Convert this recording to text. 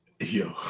Yo